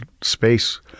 space